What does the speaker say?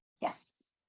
yes